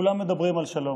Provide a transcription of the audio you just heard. כולם מדברים על שלום,